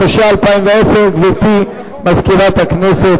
התש"ע 2010. גברתי מזכירת הכנסת,